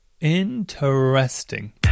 Interesting